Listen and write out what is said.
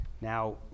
now